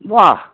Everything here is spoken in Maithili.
बाह